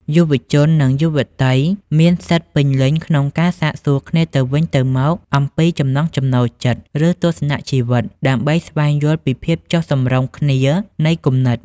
យុវជន និងយុវតីមានសិទ្ធិពេញលេញក្នុងការសាកសួរគ្នាទៅវិញទៅមកអំពីចំណង់ចំណូលចិត្ត ឬទស្សនជីវិត ដើម្បីស្វែងយល់ពីភាពចុះសម្រុងគ្នានៃគំនិត។